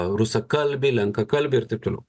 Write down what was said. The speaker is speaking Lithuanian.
rusakalbiai lenkakalbiai ir taip toliau